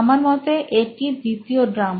আমার মতে এটি দ্বিতীয় ড্রাম